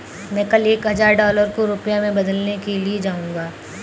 मैं कल एक हजार डॉलर को रुपया में बदलने के लिए जाऊंगा